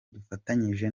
dufatanyije